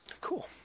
Cool